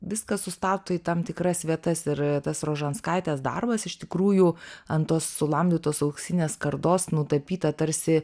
viską sustato į tam tikras vietas ir tas rožanskaitės darbas iš tikrųjų ant tos sulamdytos auksinės skardos nutapyta tarsi